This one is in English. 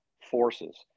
forces